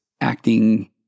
acting